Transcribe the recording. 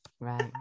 right